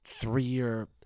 three-year